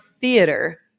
theater